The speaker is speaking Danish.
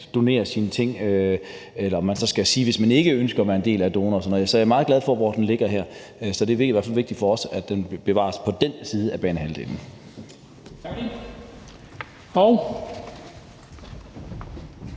donor, eller at man skal sige, hvis man ikke ønsker at være donor. Så jeg er meget glad for, at den ligger her. Det er i hvert fald vigtigt for os, at den bevares på den banehalvdel.